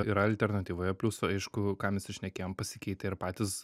yra alternatyvoje pliusų aišku ką mes ir šnekėjom pasikeitė ir patys